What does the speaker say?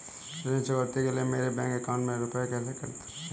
ऋण चुकौती के लिए मेरे बैंक अकाउंट में से रुपए कैसे कट सकते हैं?